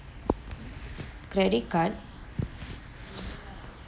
credit card